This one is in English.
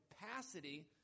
capacity